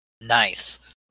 Nice